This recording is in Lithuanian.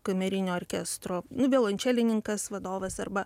kamerinio orkestro nu violončelininkas vadovas arba